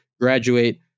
graduate